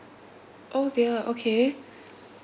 oh dear okay